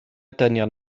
dynion